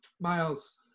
Miles